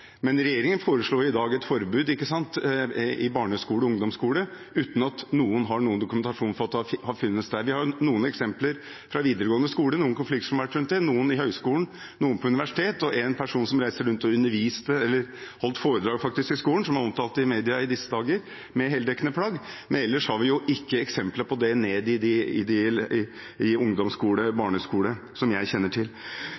Regjeringen foreslår i dag et forbud i barneskole og ungdomsskole uten at noen har noen dokumentasjon på at det brukes der. Vi har noen eksempler fra videregående skole – det har vært noen konflikter rundt det der – noen i høyskoler og noen på universiteter. Én person, som er omtalt i media i disse dager, reiste rundt i heldekkende plagg og holdt foredrag på skoler. Ellers har vi ikke eksempler på det i